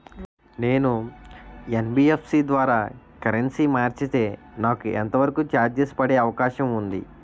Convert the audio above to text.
నేను యన్.బి.ఎఫ్.సి ద్వారా కరెన్సీ మార్చితే నాకు ఎంత వరకు చార్జెస్ పడే అవకాశం ఉంది?